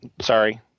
Sorry